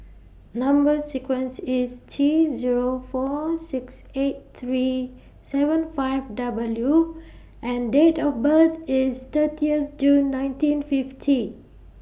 Number sequence IS T Zero four six eight three seven five W and Date of birth IS thirtieth June nineteen fifty